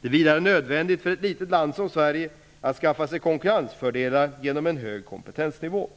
Det är vidare nödvändigt för ett litet land som Sverige att skaffa sig konkurrensfördelar genom en hög kompetensnivå.